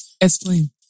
Explain